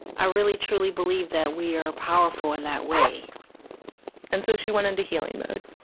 i really truly believe that we are powerful in that way and so she went into healing mode